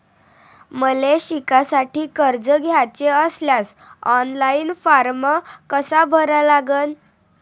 मले शिकासाठी कर्ज घ्याचे असल्यास ऑनलाईन फारम कसा भरा लागन?